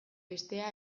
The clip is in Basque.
bestea